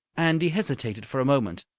and he hesitated for a moment.